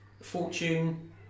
fortune